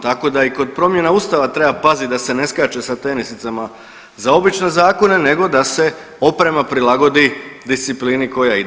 Tako da i kod promjena Ustava treba pazit da se ne skače sa tenisicama za obične zakone nego da se oprema prilagodi disciplini koja ide.